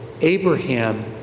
Abraham